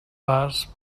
pas